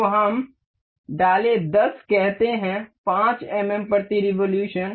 तो हम डाले 10 कहते हैं 5 एमएम प्रति रेवोलुशन